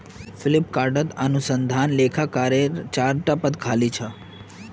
फ्लिपकार्टत अनुसंधान लेखाकारेर चार टा पद खाली छ